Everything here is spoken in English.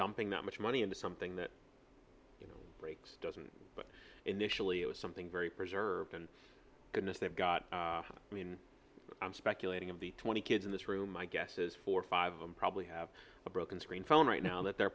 dumping that much money into something that you know breaks doesn't but initially it was something very preserve and goodness they've got i mean i'm speculating of the twenty kids in this room my guess is four or five of them probably have a broken screen phone right now that they're